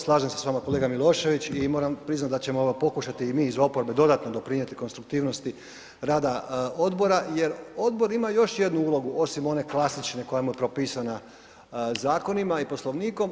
Slažem se s vama kolega Milošević i moram priznati da ćemo ga pokušati i mi iz oporbe dodatno doprinijeti konstruktivnosti rada odbora jer odbor ima još jednu ulogu osim one klasične koja mu je propisana zakonima i Poslovnikom.